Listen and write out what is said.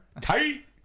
Tight